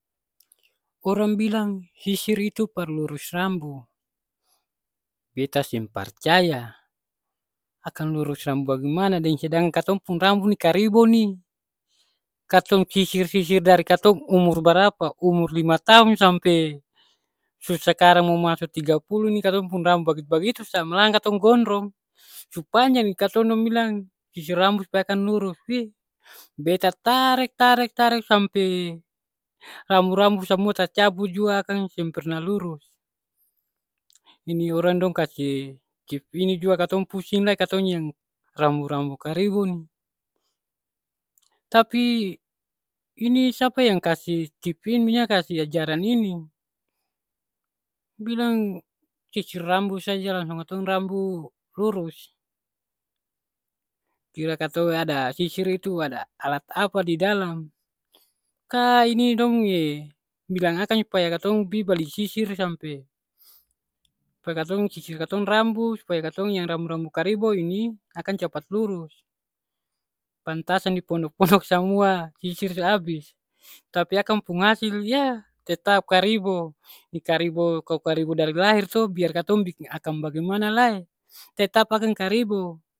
Orang bilang sisir itu par lurus rambu. Beta seng parcaya. Akang lurus rambu bagemana deng sedangkan katong pung rambu ni karibo ni. Katong sisir-sisir dari katong umur barapa, umur lima taong sampe su sakarang mo maso tiga puluh ni katong pung rambu bagitu-bagitu sa. Mlahan katong gondrong. Su panjang ni katong dong bilang sisir rambu supaya akang lurus. Pi. Beta tarek tarek tarek tarek sampe rambu-rambu samua tacabu jua akang seng pernah lurus. Ini orang dong kasi cip ini jua katong pusing lai katong yang rambu-rambu karibo ni. Tapi ini sapa yang kasi cip ini manya kasi ajaran ini. Bilang sisir rambu saja langsung katong rambu lurus. Kira katong ada sisir itu ada alat apa di dalam. Ka ini dong e bilang akang supaya katong pi bali sisir sampe, supaya katong sisir katong rambu, supaya katong yang rambu-rambu karibo ini akang capat lurus. Pantasan di pondok-pondok samua sisir su abis. Tapi akang pung hasil, yah tetap karibo. Ni karibo kalo karibo dari lahir to, biar katong biking akang bagemana lai tetap akang karibo.